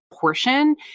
portion